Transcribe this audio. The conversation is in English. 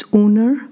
owner